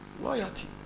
Loyalty